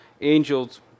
angels